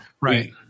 right